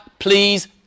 Please